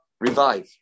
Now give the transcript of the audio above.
revive